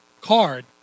card